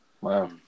Wow